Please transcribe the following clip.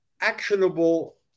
actionable